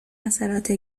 اثرات